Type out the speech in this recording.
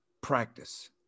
practice